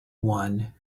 one